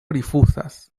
rifuzas